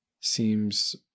seems